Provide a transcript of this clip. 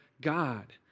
God